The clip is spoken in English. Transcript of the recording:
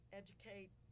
educate